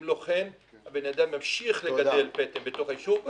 אם לא כן, בן אדם ימשיך לגדל פטם בתוך היישוב.